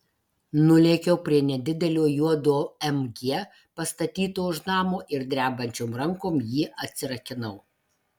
nulėkiau prie nedidelio juodo mg pastatyto už namo ir drebančiom rankom jį atsirakinau